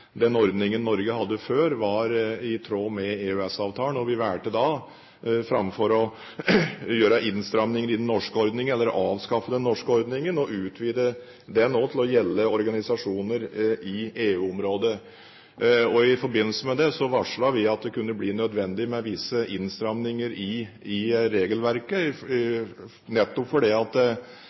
den ordningen Norge hadde før, var i tråd med EØS-avtalen. Vi valgte da framfor å gjøre innstramminger i, eller avskaffe, den norske ordningen å utvide den til å gjelde også organisasjoner i EU-området. I forbindelse med det varslet vi at det kunne bli nødvendig med visse innstramminger i regelverket, nettopp